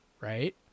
right